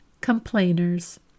complainers